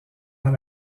dans